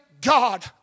God